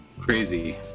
Crazy